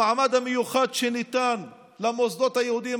המעמד המיוחד שניתן למוסדות היהודיים,